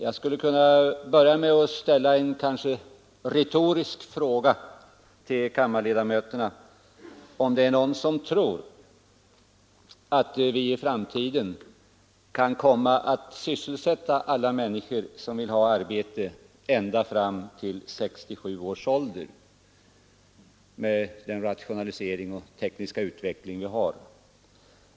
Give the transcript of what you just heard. Jag börjar då med att ställa en kanske retorisk fråga till kammarens ledamöter: Är det någon som tror att vi i framtiden kommer att kunna sysselsätta alla människor som vill ha arbete ända fram till 67 års ålder, med den rationalisering och den tekniska utveckling som vi nu har?